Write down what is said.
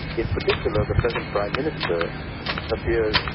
in particular the present prime minister appears